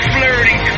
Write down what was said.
Flirting